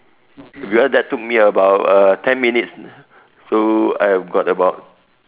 because that took me about uh ten minutes so I have got about